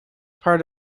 part